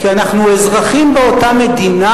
כי אנחנו אזרחים באותה מדינה,